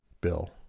bill